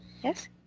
Yes